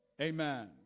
Amen